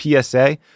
PSA